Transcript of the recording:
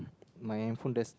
my handphone does